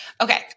Okay